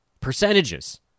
Percentages